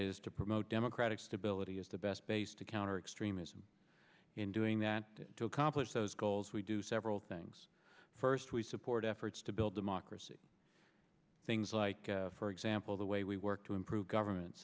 is to promote democratic stability is the best base to counter extremism in doing that to accomplish those goals we do several things first we support efforts to build democracy things like for example the way we work to improve governments